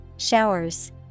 Showers